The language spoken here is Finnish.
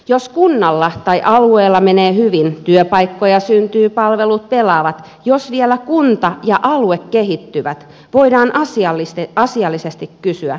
jos kunnalla tai alueella menee hyvin työpaikkoja syntyy palvelut pelaavat jos vielä kunta ja alue kehittyvät voidaan asiallisesti kysyä